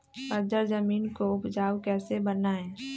बंजर जमीन को उपजाऊ कैसे बनाय?